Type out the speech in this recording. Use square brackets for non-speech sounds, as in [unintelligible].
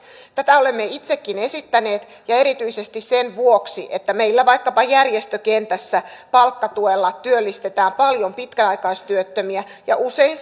tätä olemme itsekin esittäneet ja erityisesti sen vuoksi että meillä vaikkapa järjestökentässä palkkatuella työllistetään paljon pitkäaikaistyöttömiä ja usein [unintelligible]